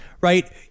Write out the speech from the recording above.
Right